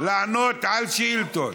לענות על שאילתות.